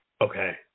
Okay